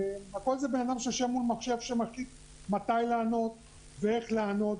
נכון שזה בן אדם שיושב מול מחשב שמחליט מתי לענות ואיך לענות,